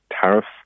tariffs